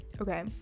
okay